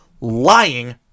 lying